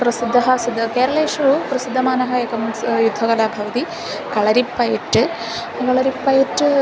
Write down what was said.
प्रसिद्धः सिद्धः केरलेषु प्रसिद्धमानः एकस्याः युद्धकला भवति कळरिपयट् कळरिपयट्